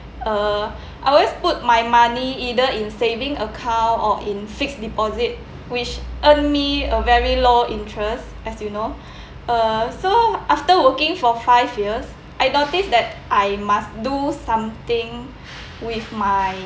uh I always put my money either in saving account or in fixed deposit which earn me a very low interest as you know uh so after working for five years I noticed that I must do something with my